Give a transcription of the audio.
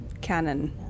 Canon